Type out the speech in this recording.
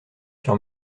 sur